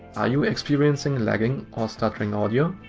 are you experiencing lagging or stuttering audio?